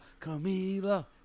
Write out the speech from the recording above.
Camila